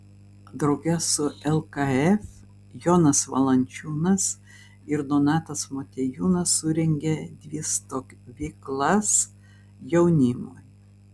drauge su lkf jonas valančiūnas ir donatas motiejūnas surengė dvi stovyklas jaunimui